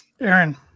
Aaron